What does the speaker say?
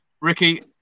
Ricky